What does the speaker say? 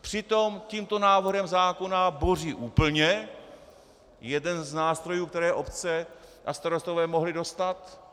Přitom tímto návrhem zákona boří úplně jeden z nástrojů, které obce a starostové mohli dostat.